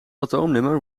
atoomnummer